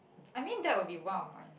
I mean that would be one of my